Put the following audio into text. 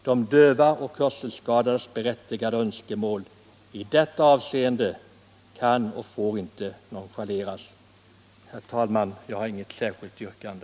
De döva och hörselskadades berättigade önskemål i detta avseende kan och får inte nonchaleras. Jag har inget särskilt yrkande.